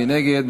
מי נגד?